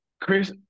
Chris